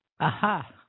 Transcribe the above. Aha